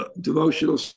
devotional